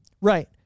Right